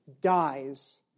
dies